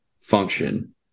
function